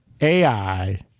ai